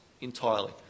entirely